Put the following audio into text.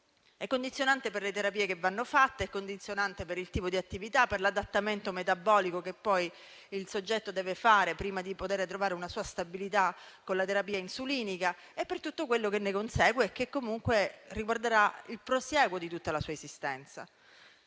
condizionante per le terapie che vanno fatte, per il tipo di attività e per l'adattamento metabolico che il soggetto deve fare prima di trovare una sua stabilità con la terapia insulinica, con tutto quello che ne consegue e che riguarderà il prosieguo di tutta la sua esistenza.